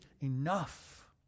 enough